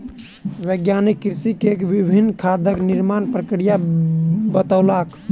वैज्ञानिक कृषक के विभिन्न खादक निर्माण प्रक्रिया बतौलक